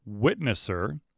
Witnesser